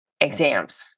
exams